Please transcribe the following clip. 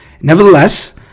Nevertheless